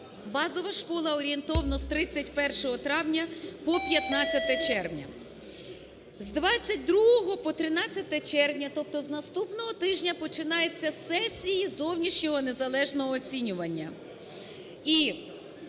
базова школа орієнтовно з 31 травня по 15 червня. З 22 по 13 червня, тобто з наступного тижня, починаються сесії зовнішнього незалежного оцінювання,